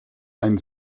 ein